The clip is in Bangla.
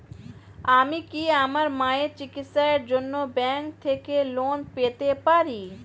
আমি কি আমার মায়ের চিকিত্সায়ের জন্য ব্যঙ্ক থেকে লোন পেতে পারি?